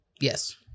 Yes